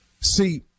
See